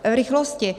V rychlosti.